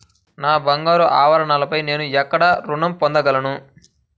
నా బంగారు ఆభరణాలపై నేను ఎక్కడ రుణం పొందగలను?